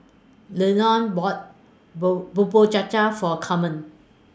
Lionel bought bowl Bubur Cha Cha For Camren